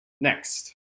Next